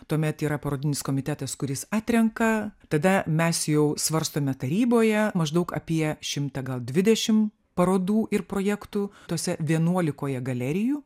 tuomet yra parodinis komitetas kuris atrenka tada mes jau svarstome taryboje maždaug apie šimtą gal dvidešim parodų ir projektų tose vienuolikoje galerijų